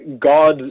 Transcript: God